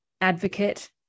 advocate